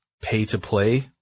pay-to-play